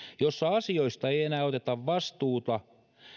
kun asioista ei ei enää oteta vastuuta